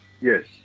Yes